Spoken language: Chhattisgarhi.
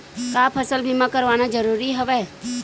का फसल बीमा करवाना ज़रूरी हवय?